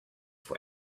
for